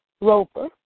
Roper